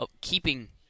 keeping